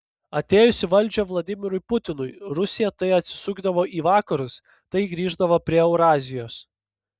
atėjus į valdžią vladimirui putinui rusija tai atsisukdavo į vakarus tai grįždavo prie eurazijos